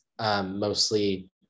Mostly